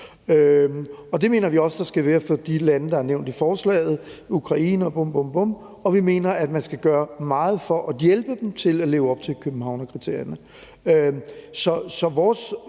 det mener vi også at der skal være for de lande, der er nævnt i forslaget, som Ukraine osv., og vi mener, at man skal gøre meget for at hjælpe dem til at leve op til Københavnerkriterierne. Så vores